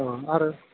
अ आरो